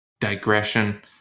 digression